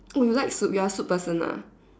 oh you like soup you're a soup person ah